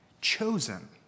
chosen